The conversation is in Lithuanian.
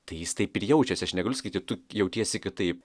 tai jis taip ir jaučiasi aš negaliu sakyti tu jautiesi kitaip